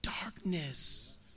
darkness